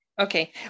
Okay